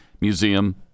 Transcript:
museum